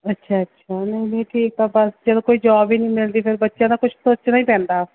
ਅੱਛਾ ਅੱਛਾ ਨਹੀਂ ਨਹੀਂ ਠੀਕ ਆ ਬਸ ਜਦੋਂ ਕੋਈ ਜੋਬ ਹੀ ਨਹੀਂ ਮਿਲਦੀ ਫਿਰ ਬੱਚਿਆਂ ਦਾ ਕੁਛ ਸੋਚਣਾ ਹੀ ਪੈਂਦਾ